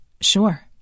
Sure